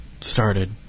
started